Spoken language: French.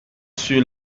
sur